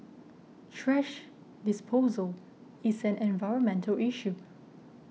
thrash disposal is an environmental issue